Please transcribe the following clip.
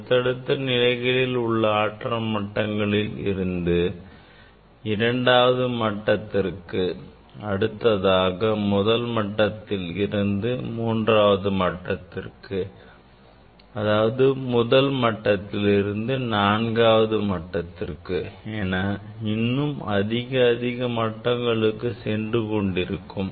அடுத்தடுத்த நிலைகளில் முதல் ஆற்றல் மட்டத்தில் இருந்து இரண்டாவது மட்டத்திற்கு அடுத்ததாக முதல் மட்டத்தில் இருந்து மூன்றாவது மட்டத்திற்கு அல்லது முதல் மட்டத்திலிருந்து நான்காவது மட்டத்திற்கு என இன்னும் அதிக அதிக மட்டங்களுக்கு மாறி சென்று கொண்டிருக்கும்